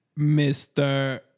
Mr